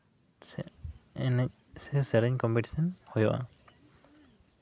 ᱮᱱᱮᱡ ᱥᱮ ᱥᱮᱨᱮᱧ ᱠᱚᱢᱯᱤᱴᱤᱥᱮᱱ ᱦᱩᱭᱩᱜᱼᱟ